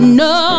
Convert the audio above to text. no